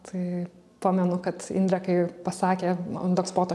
tai pamenu kad indrė kai pasakė dogspoto